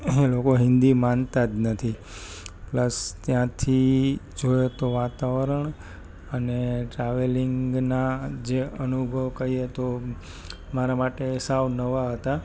એ લોકો હિન્દી માનતા જ નથી પ્લસ ત્યાંથી જોઈએ તો વાતાવરણ અને ટ્રાવેલિંગના જે અનુભવો કહીએ તો મારા માટે સાવ નવા હતા